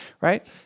Right